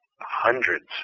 hundreds